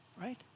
Right